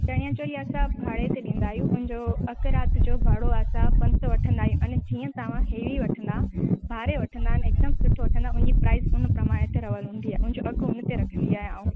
चणिया चोली असां भाड़े ते ॾींदा आहियूं उन जो अघु राति जो भाड़ो आहे पंज सौ वठंदा आहियूं अने जीअं तव्हां इहे वठंदा भाड़े वठंदानि हिकदमि सुठो वठंदा उन जी प्राइज उन प्रमाणे ते रहियल हूंदी आहे उन जो अघु हुन ते रखंदी आहियां आऊं